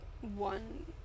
one